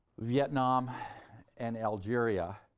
vietnam and algeria,